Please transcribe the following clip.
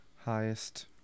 Highest